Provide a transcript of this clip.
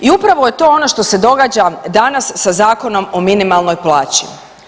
I upravo je to ono što se događa danas sa Zakonom o minimalnoj plaći.